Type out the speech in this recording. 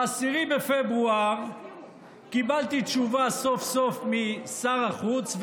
ב-10 בפברואר קיבלתי תשובה סוף-סוף משר החוץ.